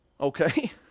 Okay